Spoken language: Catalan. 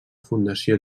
fundació